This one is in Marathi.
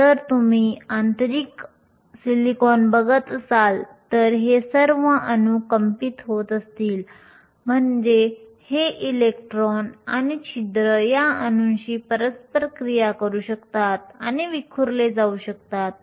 जर तुम्ही आंतरिक सिलिकॉन बघत असाल आणि हे सर्व अणू कंपित होत असतील म्हणजे हे इलेक्ट्रॉन आणि छिद्र या अणूंशी परस्पर क्रिया करू शकतात आणि विखुरले जाऊ शकतात